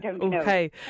okay